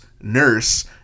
nurse